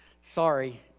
Sorry